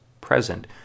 present